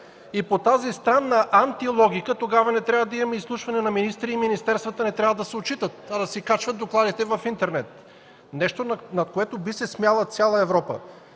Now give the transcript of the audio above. и по тази странна анти-логика тогава не трябва да имаме изслушване на министри и министерствата не трябва да се отчитат, а да си качват докладите в интернет – нещо, на което би се смяла цяла Европа.